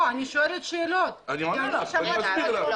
אני שואלת שאלות כי אני שמעתי משהו אחר.